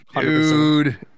Dude